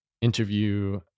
interview